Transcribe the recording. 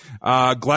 Glad